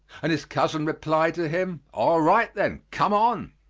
and his cousin replied to him, all right, then, come on.